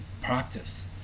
practice